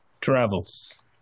travels